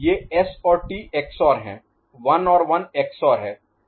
ये S और T XOR हैं 1 और 1 XOR हैं